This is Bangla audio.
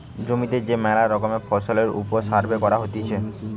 জমিতে যে মেলা রকমের ফসলের ওপর সার্ভে করা হতিছে